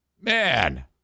Man